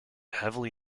heavily